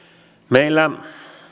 meillä